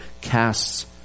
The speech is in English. casts